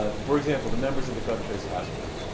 ah for example, the members of the gun trace task force,